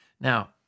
Now